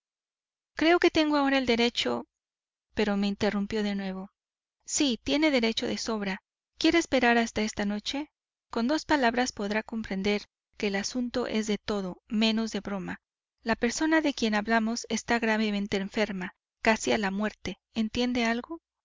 creo que tengo ahora el derecho pero me interrumpió de nuevo sí tiene derecho de sobra quiere esperar hasta esta noche con dos palabras podrá comprender que el asunto es de todo menos de broma la persona de quien hablamos está gravemente enferma casi a la muerte entiende algo